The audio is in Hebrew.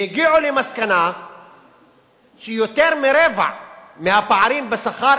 והגיעו למסקנה שיותר מרבע מהפערים בשכר,